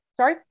Sorry